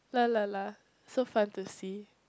La La La so fun to see